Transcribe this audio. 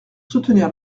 soutenir